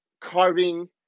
carving